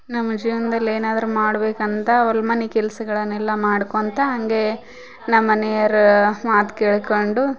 ನಮ್ಮ ಜೀವನದಲ್ಲಿ ಏನಾದ್ರು ಮಾಡಬೇಕಂತ ಅವ್ರ ಮನೆ ಕೆಲಸಗಳನ್ನೆಲ್ಲ ಮಾಡ್ಕೊಳ್ತಾ ಹಂಗೆ ನಮ್ಮ ಮನಿಯವರ ಮಾತು ಕೇಳ್ಕೊಂಡು